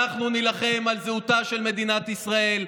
אנחנו נילחם על זהותה של מדינת ישראל.